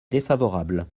défavorable